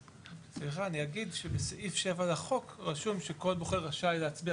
אני אגיד שבסעיף שבע לחוק רשום שכל בוחר ראשי להצביע